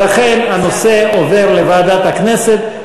ולכן הנושא עובר לוועדת הכנסת.